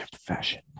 fashion